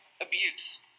abuse